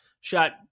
shot